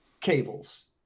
cables